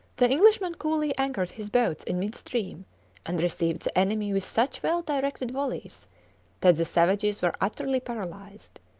the englishman coolly anchored his boats in mid-stream and received the enemy with such well-directed volleys that the savages were utterly paralysed,